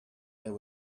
there